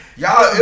y'all